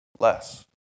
Less